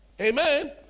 amen